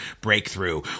breakthrough